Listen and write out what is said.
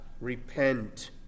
repent